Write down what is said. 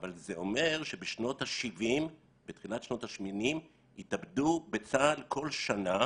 אבל זה אומר שבתחילת שנות ה-80 התאבדו בצה"ל כל שנה